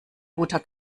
guter